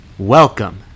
Welcome